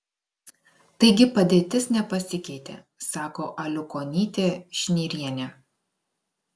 taigi padėtis nepasikeitė sako aliukonytė šnirienė